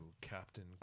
Captain